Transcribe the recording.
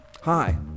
Hi